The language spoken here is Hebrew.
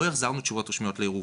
לא החזרנו תשובות רשמיות על הערעור.